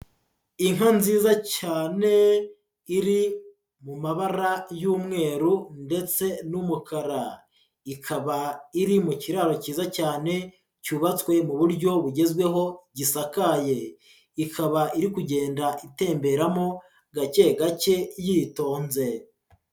Inka nziza cyane iri mu mabara y'umweru ndetse n'umukara, ikaba iri mu kiraro cyiza cyane, cyubatswe mu buryo bugezweho gisakaye, ikaba iri kugenda itemberamo gake gake yitonze.